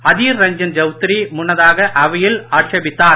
அதீர் ரஞ்சன் சௌத்ரி முன்னதாக அவையில் ஆட்சேபித்தார்